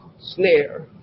snare